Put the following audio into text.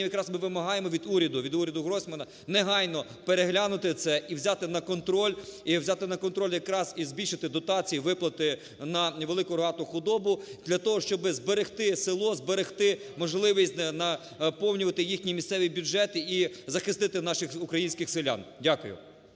ми вимагаємо від уряду, від уряду Гройсмана негайно переглянути це і взяти на контроль... і взяти на контроль якраз і збільшити дотації, виплати на велику рогату худобу для того, щоб зберегти село, зберегти можливість наповнювати їхні місцеві бюджети і захистити наших українських селян. Дякую.